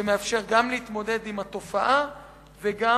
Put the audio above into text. שמאפשר גם להתמודד עם התופעה ובמקביל